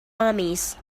armies